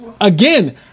again